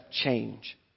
change